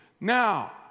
Now